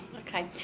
Okay